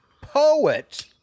poet